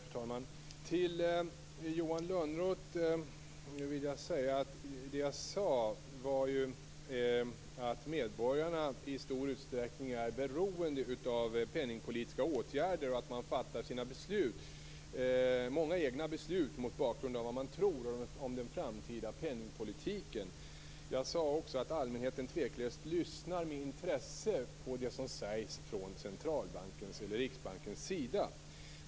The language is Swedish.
Fru talman! Till Johan Lönnroth vill jag säga att det jag sade var att medborgarna i stor utsträckning är beroende av penningpolitiska åtgärder och att man fattar många egna beslut mot bakgrund av vad man tror om den framtida penningpolitiken. Jag sade också att allmänheten tveklöst lyssnar med intresse på det som sägs från centralbankens eller Riksbankens sida.